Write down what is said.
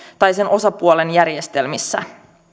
tai sen osapuolen järjestelmissä